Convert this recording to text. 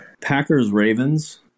Packers-Ravens